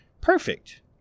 perfect